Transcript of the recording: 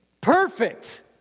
perfect